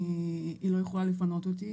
היא לא יכולה לפנות אותי,